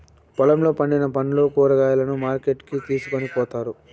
పొలంలో పండిన పండ్లు, కూరగాయలను మార్కెట్ కి తీసుకొని పోతారు